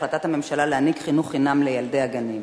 החלטת הממשלה להעניק חינוך חינם לילדי הגנים.